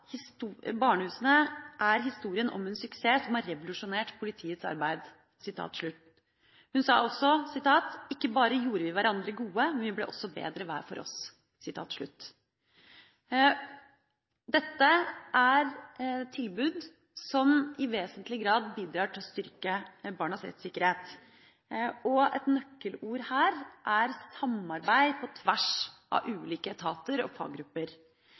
barnehusene er historien om en suksess som har revolusjonert politiets arbeid. Hun sa også: Ikke bare gjorde vi hverandre gode, men vi ble også bedre hver for oss. Dette er tilbud som i vesentlig grad bidrar til å styrke barnas rettssikkerhet. Et nøkkelord her er samarbeid på tvers av ulike etater og faggrupper.